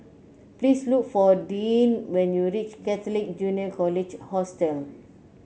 please look for Deeann when you reach Catholic Junior College Hostel